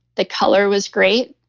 the color was great.